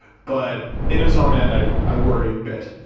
but in his own end, i i worry a bit.